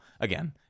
again